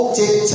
take